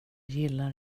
gillar